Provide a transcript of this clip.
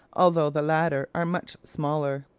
although the latter are much smaller.